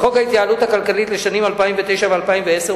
בחוק ההתייעלות הכלכלית לשנים 2009 ו-2010,